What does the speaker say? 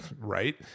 Right